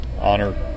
Honor